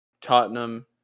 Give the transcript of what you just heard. Tottenham